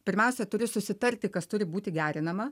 pirmiausia turi susitarti kas turi būti gerinama